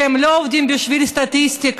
שהם לא עובדים בשביל סטטיסטיקה,